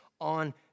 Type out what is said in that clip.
on